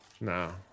No